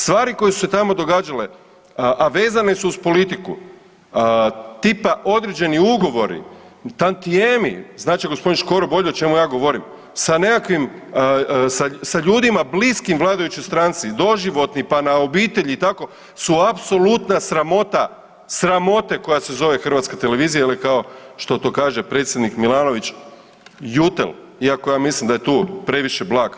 Stvari koje su se tamo događale, a vezane su uz politiku tipa određeni ugovori, tantijemi znat će gospodin Škoro bolje o čemu ja govorim sa nekakvim sa ljudima bliskim vladajućoj stranci, doživotni, pa na obitelji i tako su apsolutna sramota sramote koja se zove Hrvatska televizija ili kao što to kaže predsjednik Milanović „jutel“ ako ja mislim da je tu previše blag.